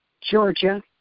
Georgia